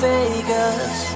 Vegas